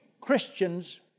Christians